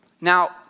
Now